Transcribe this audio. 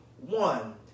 one